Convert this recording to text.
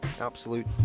Absolute